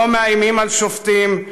לא מאיימים על שופטים,